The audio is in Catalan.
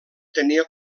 tenia